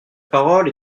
parole